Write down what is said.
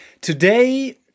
today